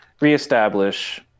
reestablish